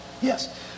yes